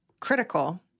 critical